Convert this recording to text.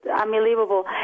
unbelievable